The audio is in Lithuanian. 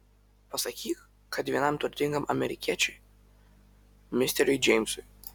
pasakyk kad vienam turtingam amerikiečiui misteriui džeimsui